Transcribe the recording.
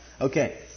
Okay